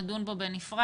נדון בו בנפרד.